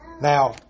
Now